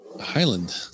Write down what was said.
Highland